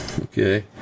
Okay